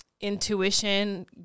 intuition